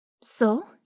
So